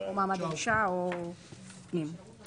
או למעמד האישה או לוועדת הפנים.